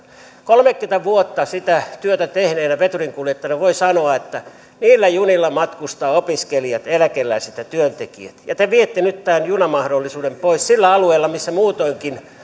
kolmekymmentä vuotta sitä työtä tehneenä veturinkuljettajana voin sanoa että niillä junilla matkustavat opiskelijat eläkeläiset ja työntekijät ja te viette nyt tämän junamahdollisuuden pois sillä alueella missä muutoinkin